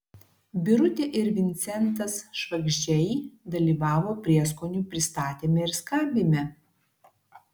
birutė ir vincentas švagždžiai dalyvavo prieskonių pristatyme ir skabyme